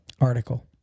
article